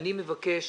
אני מבקש